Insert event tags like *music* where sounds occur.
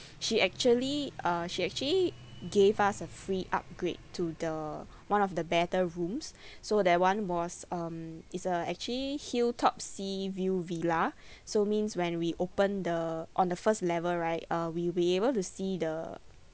she actually uh she actually gave us a free upgrade to the one of the better rooms *breath* so that [one] was um it's a actually hill top sea view villa *breath* so means when we open the on the first level right uh we'll be able to see the